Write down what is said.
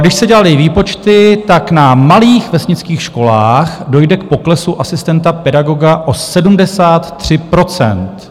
Když se dělaly výpočty, tak na malých vesnických školách dojde k poklesu asistenta pedagoga o 73 %.